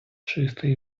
чисте